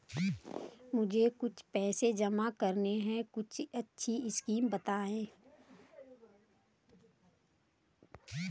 मुझे कुछ पैसा जमा करना है कोई अच्छी स्कीम बताइये?